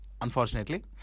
unfortunately